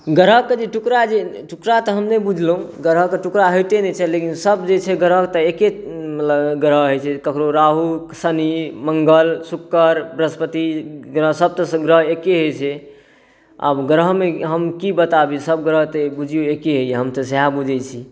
ग्रहके जे टुकड़ा जे टुकड़ा तऽ हम नहि बुझलहुँ ग्रहके टुकड़ा होइते नहि छै लेकिन सब जे छै ग्रह तऽ एक्के ग्रह होइ छै ककरो राहु शनि मंगल शुक्कर बृहस्पति ग्रह सब तऽ ग्रह एके होइ छै आब ग्रहमे हम कि बताबी सब ग्रह तऽ बुझिऔ एक्के होइए हम तऽ सएह बुझै छी